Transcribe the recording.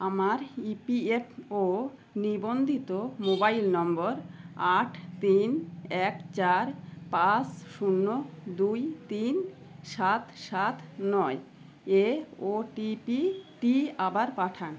আমার ইপিএফও নিবন্ধিত মোবাইল নম্বর আট তিন এক চার পাঁচ শূন্য দুই তিন সাত সাত নয় এ ওটিপিটি আবার পাঠান